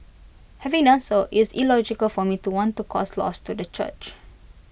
having done so IT is illogical for me to want to cause loss to the church